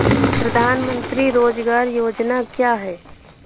प्रधानमंत्री रोज़गार योजना क्या है?